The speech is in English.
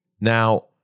Now